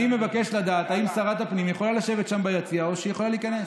אני מבקש לדעת אם שרת הפנים יכולה לשבת שם ביציע או שהיא יכולה להיכנס.